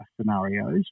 scenarios